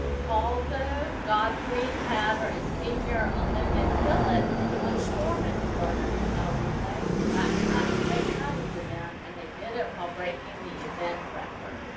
called the godfrey tagger and senior olivia tillett won the four hundred yard freestyle relay. it back to back state title for them and they did it while breaking the event record.